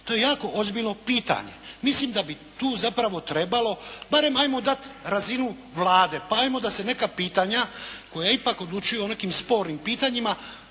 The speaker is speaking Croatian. To je jako ozbiljno pitanje. Mislim da bi tu zapravo trebalo barem ajmo dati razinu Vlade, pa ajmo da se neka pitanja koja ipak odlučuju o nekim spornim pitanjima,